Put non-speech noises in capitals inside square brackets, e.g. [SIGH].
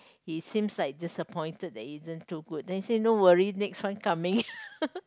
he seems like disappointed that it isn't too good then he say no worry next one coming [LAUGHS]